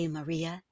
Maria